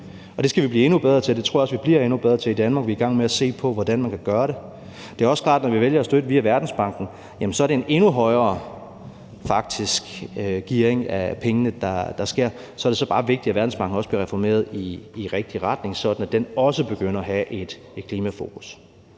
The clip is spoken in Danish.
det skal vi blive endnu bedre til. Det tror jeg også vi bliver endnu bedre til i Danmark, og vi er i gang med at se på, hvordan man kan gøre det. Det er jo også klart, at når vi vælger at støtte via Verdensbanken, så er det faktisk en endnu højere gearing af pengene, der sker. Så er det også bare vigtigt, at Verdensbanken bliver reformeret i en rigtig retning, sådan at den også begynder at have et klimafokus.